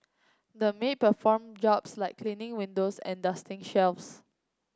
the maid performed jobs like cleaning windows and dusting shelves